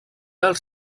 els